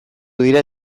dira